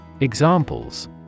Examples